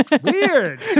Weird